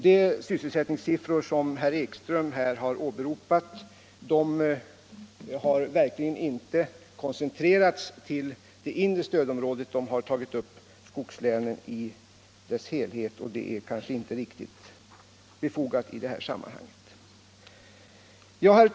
De sysselsättningssiffror som herr Ekström här åberopade har verkligen inte koncentrerats till det inre stödområdet utan avser skogslänen som helhet, och det är inte befogat i sammanhanget.